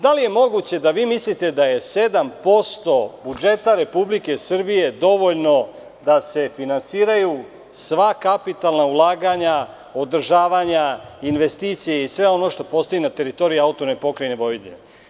Da li je moguće da vi mislite da je 7% budžeta Republike Srbije dovoljno da se finansiraju sva kapitalna ulaganja, održavanja investicije i sve ono što postoji na teritoriji AP Vojvodine?